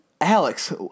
Alex